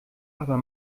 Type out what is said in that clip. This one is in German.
aber